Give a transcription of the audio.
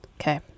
Okay